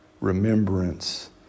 remembrance